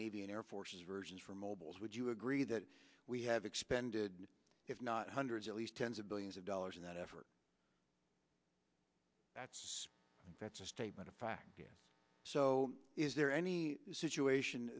navy and air forces versions for mobiles would you agree that we have expended if not hundreds at least tens of billions of dollars in that effort that's that's a statement of fact so is there any situation